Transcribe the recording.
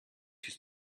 his